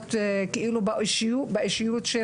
מיומנויות באישיות של